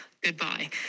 Goodbye